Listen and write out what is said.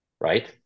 right